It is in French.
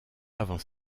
avant